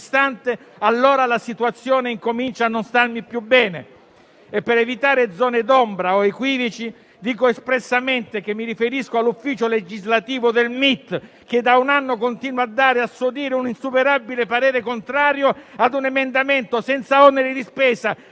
allora la situazione comincia a non starmi più bene. Per evitare zone d'ombra o equivoci, dico espressamente che mi riferisco all'ufficio legislativo del Ministero dei trasporti, che da un anno continua a dare a suo dire un insuperabile parere contrario a un emendamento senza oneri di spesa,